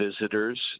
visitors